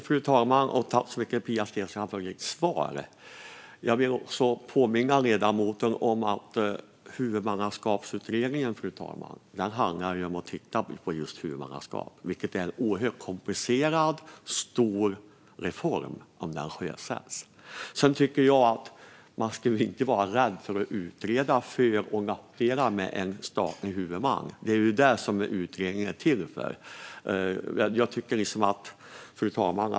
Fru talman! Jag tackar Pia Steensland för svaret. Låt mig påminna ledamoten om att Huvudmannaskapsutredningen handlar om just huvudmannaskapet, och det är en stor och komplicerad reform om den sjösätts. Man ska inte vara rädd att utreda för och nackdelar med en statlig huvudman, och det är detta utredningen är till för.